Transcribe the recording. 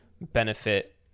benefit